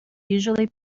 usually